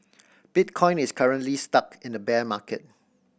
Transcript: bitcoin is currently stuck in a bear market